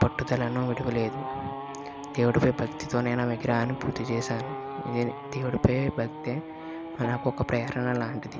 పట్టుదలను విడువ లేదు దేవుడిపై భక్తితో నేను ఆ విగ్రహాన్ని పూర్తి చేశాను దేవుడిపై భక్తియే నాకు ఒక ప్రేరణ లాంటిది